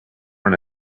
born